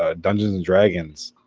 ah dungeons and dragons